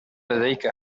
لديك